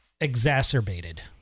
Exacerbated